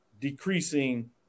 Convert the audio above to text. decreasing